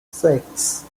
six